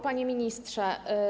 Panie Ministrze!